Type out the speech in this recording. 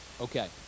Okay